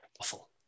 awful